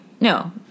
No